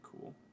cool